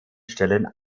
stellen